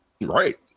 Right